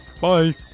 Bye